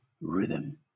rhythm